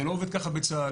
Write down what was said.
זה לא עובד ככה בצה"ל,